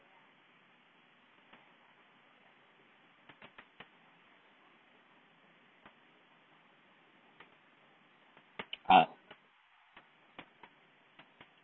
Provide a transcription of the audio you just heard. uh